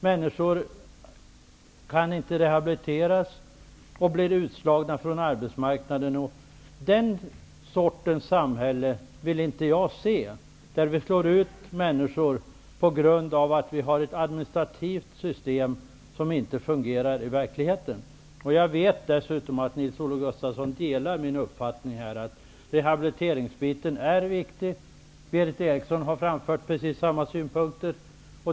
Människor kan inte rehabiliteras och blir utslagna från arbetsmarknaden. Jag vill inte se den sortens samhälle, ett samhälle där vi slår ut människor på grund av att vi har ett administrativt system som inte fungerar i verkligheten. Jag vet dessutom att Nils-Olof Gustafsson delar min uppfattning att rehabiliteringsdelen är viktig. Berith Eriksson har framfört samma synpunkter.